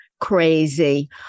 crazy